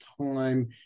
time